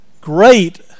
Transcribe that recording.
Great